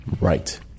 right